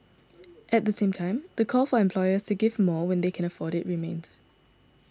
at the same time the call for employers to give more when they can afford it remains